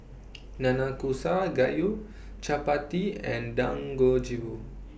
Nanakusa Gayu Chapati and Dangojiru